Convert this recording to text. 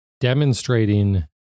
demonstrating